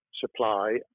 supply